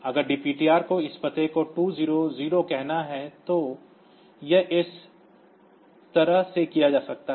अगर DPTR को इस पते को 200 कहना है तो यह इस तरह से किया जा सकता है